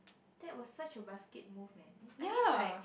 that was such a basket movement I mean like